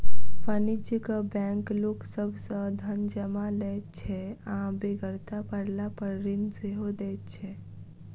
वाणिज्यिक बैंक लोक सभ सॅ धन जमा लैत छै आ बेगरता पड़लापर ऋण सेहो दैत छै